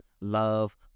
love